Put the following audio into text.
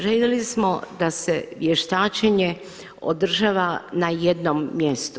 Željeli smo da se vještačenje održava na jednom mjestu.